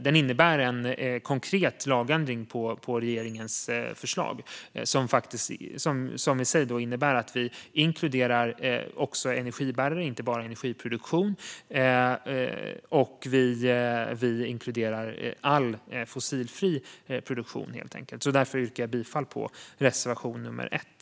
Den innebär en konkret lagändring och en ändring av regeringens förslag. Det i sig innebär att vi också inkluderar energibärare och inte bara energiproduktion, och vi inkluderar all fossilfri produktion helt enkelt. Jag yrkar bifall till reservation nummer 1.